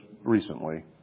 recently